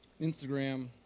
Instagram